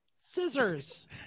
scissors